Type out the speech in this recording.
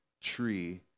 tree